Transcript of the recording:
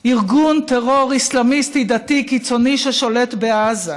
ארגון טרור אסלאמיסטי דתי קיצוני ששולט בעזה.